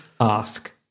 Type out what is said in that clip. ask